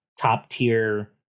top-tier